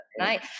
right